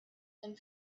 and